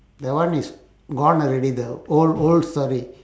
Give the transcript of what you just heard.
that one is gone already the old old story